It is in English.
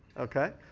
ok?